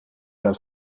del